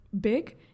big